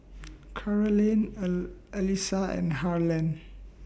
Carolann Allyssa and Harland